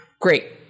Great